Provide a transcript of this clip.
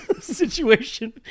situation